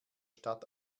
stadt